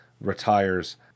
retires